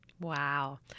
Wow